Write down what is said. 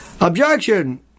Objection